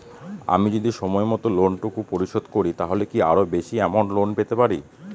আমি যদি সময় মত লোন টুকু পরিশোধ করি তাহলে কি আরো বেশি আমৌন্ট লোন পেতে পাড়ি?